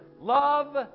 love